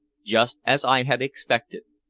just as i had expected.